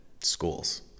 schools